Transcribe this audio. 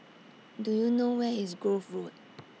Do YOU know Where IS Grove Road